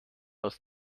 aus